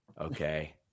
Okay